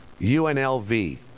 UNLV